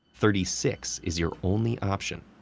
thirty-six is your only option.